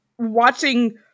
Watching